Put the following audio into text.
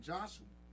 Joshua